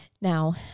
Now